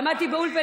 בואי תדברי,